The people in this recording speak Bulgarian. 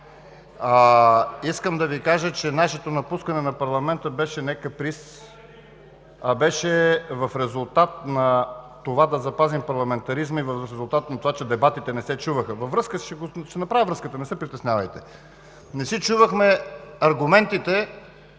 Искам да Ви кажа, че нашето напускане на парламента беше не каприз, а в резултат на това да запазим парламентаризма и в резултат на това, че дебатите не се чуваха. (Реплики от дясно.) Ще направя връзката, не се притеснявайте! Не си чувахме аргументите,